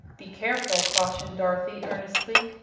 be careful, cautioned dorothy, earnestly.